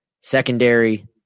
secondary